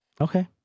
Okay